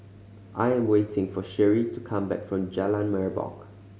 I'm waiting for Cherie to come back from Jalan Merbok